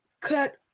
cut